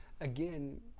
again